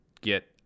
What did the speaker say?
get